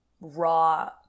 raw